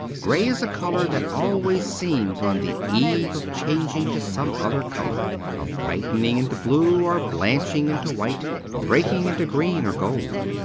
grey is a colour that always seems on the eve of changing to some other colour of brightening into blue, or blanching into white or breaking into green or gold.